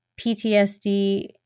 PTSD